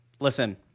listen